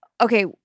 okay